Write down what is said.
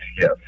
yes